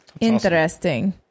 interesting